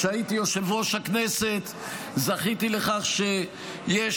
כשהייתי יושב-ראש הכנסת זכיתי לכך שיש